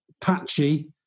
patchy